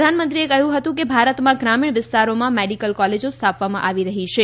પ્રધાનમંત્રીએ કહ્યું હતું કે ભારતમાં ગ્રામીણ વિસ્તારોમાં મેડીકલ કોલેજો સ્થાપવામાં આવી રહી છે